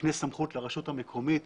מקנה סמכות לרשות המקומית